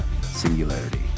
Singularity